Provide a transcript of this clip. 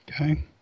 Okay